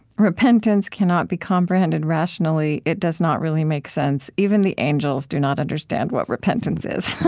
repentance cannot be comprehended rationally. it does not really make sense. even the angels do not understand what repentance is.